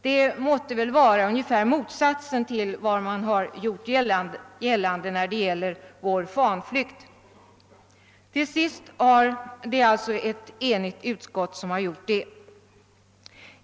Det måtte väl vara ungefär motsatsen till vad man gjort gällande när det talats om vår fanflykt.